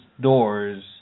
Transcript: doors